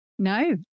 No